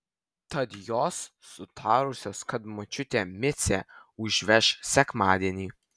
tad jos sutarusios kad močiutė micę užveš sekmadienį